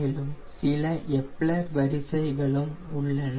மேலும் சில எப்லர் வரிசைகளும் உள்ளன